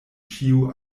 ĉio